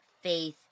faith